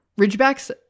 Ridgebacks